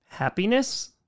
Happiness